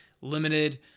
limited